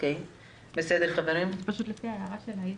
מן ההגדרה.